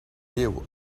déu